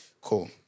Cool